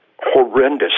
horrendous